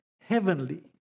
heavenly